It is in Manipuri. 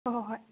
ꯍꯣꯏ ꯍꯣꯏ ꯍꯣꯏ